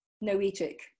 noetic